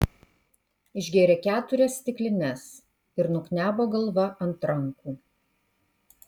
išgėrė keturias stiklines ir nuknebo galva ant rankų